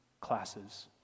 classes